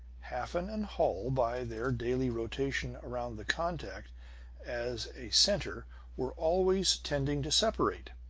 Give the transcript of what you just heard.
hafen and holl, by their daily rotation around the contact as a center were always tending to separate.